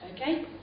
okay